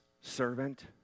servant